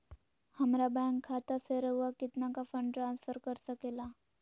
हमरा बैंक खाता से रहुआ कितना का फंड ट्रांसफर कर सके ला?